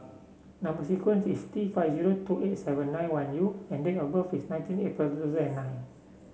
number sequence is T five zero two eight seven nine one U and date of birth is nineteen April two thousand and nine